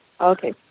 Okay